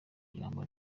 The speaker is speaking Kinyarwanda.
ijambo